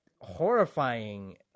horrifying